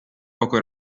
poco